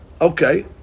Okay